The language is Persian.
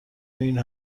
این